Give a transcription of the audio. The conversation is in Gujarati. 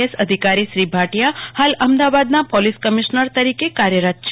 એસ અધિકારી શ્રી ભાટિયા હાલ અમદાવાદના પોલિસ કમિશ્નર તરીકે કાર્યરત છે